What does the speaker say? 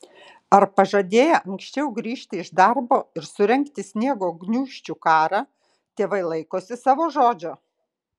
ar pažadėję anksčiau grįžti iš darbo ir surengti sniego gniūžčių karą tėvai laikosi savo žodžio